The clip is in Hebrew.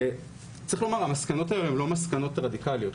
צריך לומר: המסקנות האלה הן לא מסקנות רדיקליות.